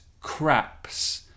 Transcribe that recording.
craps